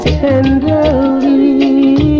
tenderly